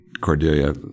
Cordelia